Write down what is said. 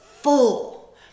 full